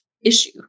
issue